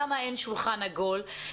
למה אין שולחן עגול,